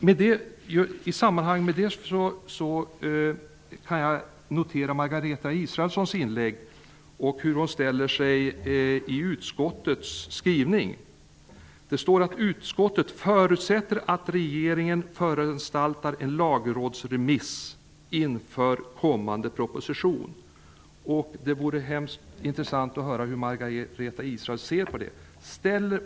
I detta sammanhang vill jag kommentera Margareta Israelssons inlägg och fråga hur hon ställer sig till utskottets skrivning. Det står i betänkandet att utskottet förutsätter att regeringen föranstaltar en lagrådsremiss inför kommande proposition. Det vore hemskt intressant att höra hur Margareta Israelsson ser på det.